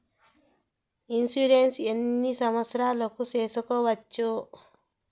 Insurance ఎన్ని సంవత్సరాలకు సేసుకోవచ్చు?